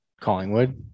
Collingwood